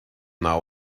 now